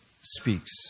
speaks